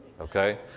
Okay